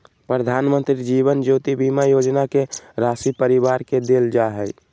प्रधानमंत्री जीवन ज्योति बीमा योजना के राशी परिवार के देल जा हइ